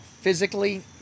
physically